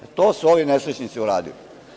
To su ovi nesrećnici uradili.